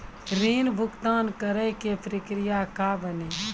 ऋण भुगतान करे के प्रक्रिया का बानी?